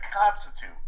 constitute